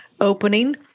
opening